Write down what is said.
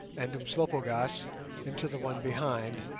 and umslopogaas into the one behind,